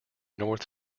north